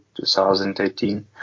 2018